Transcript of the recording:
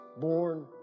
born